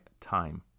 time